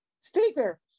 speaker